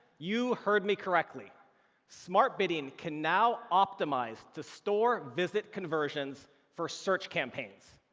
you heard me correctly smart bidding can now optimize to store visit conversions for search campaigns!